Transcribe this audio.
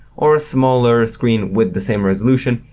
or a smaller screen witht the same resoltuion,